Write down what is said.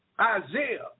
Isaiah